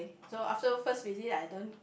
so after first visit I don't